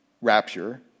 rapture